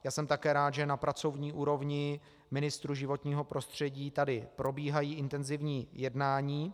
Já jsem také rád, že na pracovní úrovni ministrů životního prostředí tady probíhají intenzivní jednání.